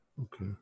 Okay